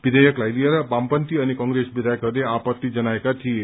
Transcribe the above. विवेयकलाई लिएर वामपन्थी अनि कंग्रेस विवायकहस्ले आपत्ति जनाएका थिए